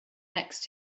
next